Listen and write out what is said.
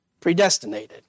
Predestinated